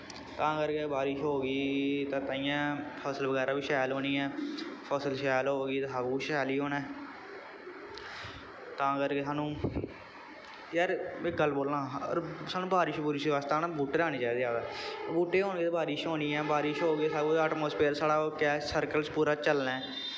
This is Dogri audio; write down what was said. तां करके बारिश हो गी ते ताइयें फसल बगैरा बी शैल होनी ऐ फसल शैल हो गी ते सब कुछ शैल गै होना ऐ तां करके सानूं यार में गल्ल बोलना अगर सानूं बारिश बूरश आस्तै न बूह्टे लाने चाहिदे बूह्टे होन गे ते बारिश होनी ऐ बारिश होगी ते सब कुछ ऐटमासफेयरिक केह् आखदे साढ़ा सर्कल चलना ऐ